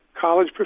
college